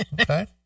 Okay